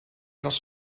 was